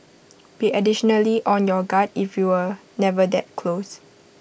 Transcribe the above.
be additionally on your guard if you were never that close